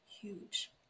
huge